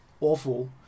awful